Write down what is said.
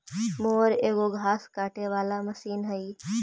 mower एगो घास काटे वाला मशीन हई